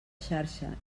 xarxa